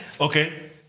Okay